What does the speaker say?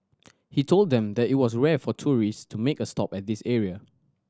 he told them that it was rare for tourist to make a stop at this area